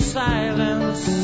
silence